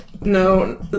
No